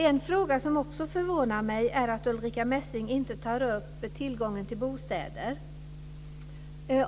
En fråga som också förvånar mig är att Ulrica Messing inte tar upp tillgången till bostäder.